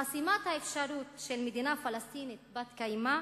חסימת האפשרות של מדינה פלסטינית בת-קיימא